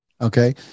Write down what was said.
Okay